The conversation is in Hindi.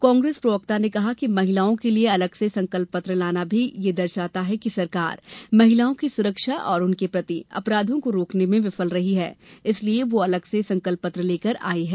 कांग्रेस प्रवक्ता ने कहा कि महिलाओं के लिए अलग से संकल्प पत्र लाना भी यह दर्शाता है कि सरकार महिलाओं की सुरक्षा और उनके प्रति अपराधों को रोकने में विफल रही है इसीलिए वह अलग से संकल्प पत्र लेकर आई है